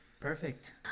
Perfect